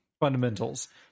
fundamentals